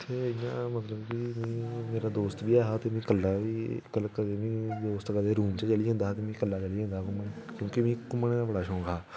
उत्थै इयां मतलब कि मेरा दोस्त बी ऐ हा ते कदे कदें में दोस्त दे रुम चली जंदा हा ते कदें इक्कला चली जंदा हा घूमन क्यूंकि मि घूमने दा बड़ा शौक हा